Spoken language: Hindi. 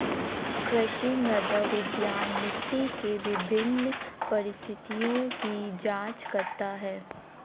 कृषि मृदा विज्ञान मिट्टी के विभिन्न परिस्थितियों की जांच करता है